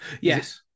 Yes